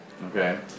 Okay